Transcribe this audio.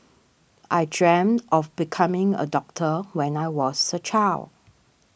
I dreamt of becoming a doctor when I was a child